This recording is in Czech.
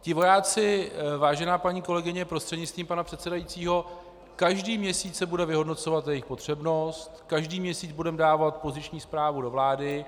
Ti vojáci, vážená paní kolegyně prostřednictvím pana předsedajícího každý měsíc se bude vyhodnocovat jejich potřebnost, každý měsíc budeme dávat poziční zprávu do vlády.